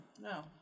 No